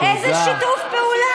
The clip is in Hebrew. איזה שיתוף פעולה.